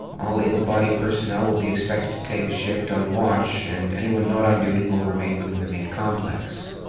all able bodied personnel will be expected to take a shift on watch, and anyone not on duty will remain within the main complex.